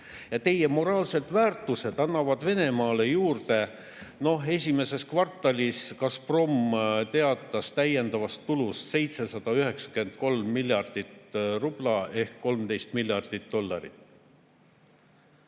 Ja teie moraalsed väärtused annavad Venemaale [tulu] juurde, esimeses kvartalis teatas Gazprom täiendavast tulust 793 miljardit rubla ehk 13 miljardit dollarit.